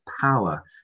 power